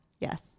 yes